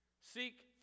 Seek